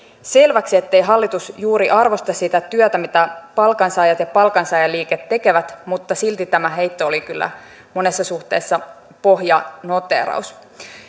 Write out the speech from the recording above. selväksi ettei hallitus juuri arvosta sitä työtä mitä palkansaajat ja palkansaajaliike tekevät mutta silti tämä heitto oli kyllä monessa suhteessa pohjanoteeraus